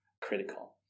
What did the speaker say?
critical